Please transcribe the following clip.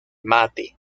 mate